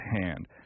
hand